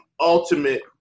ultimate